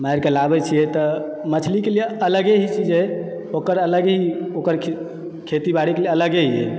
मारि के लाबै छियै तऽ मछली के लिए अलगे ही छै जे ओकर अलग ही ओकर खेती बारी के लिए अलगे यऽ